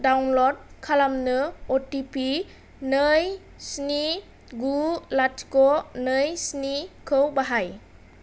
download खालामनो O T P नै स्नि गु लाथिख' नै स्निखौ बाहाय